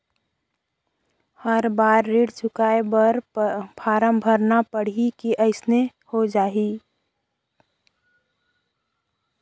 हर बार ऋण चुकाय बर फारम भरना पड़ही की अइसने हो जहीं?